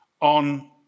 on